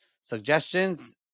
suggestions